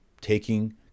taking